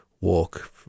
walk